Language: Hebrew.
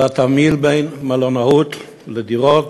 על התמהיל בין מלונאות לדירות,